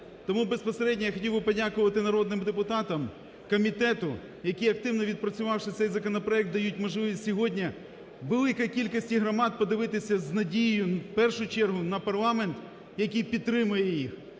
Тому безпосередньо я хотів би подякувати народним депутатам, комітету, які активно відпрацювавши цей законопроект, дають можливість сьогодні великій кількості громад подивитися з надією, в першу чергу, на парламент, який підтримує її,